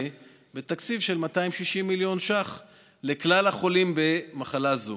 בתקציב של 260 מיליון ש"ח לכלל החולים במחלה זו,